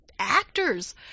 actors